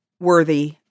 worthy